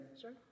Sure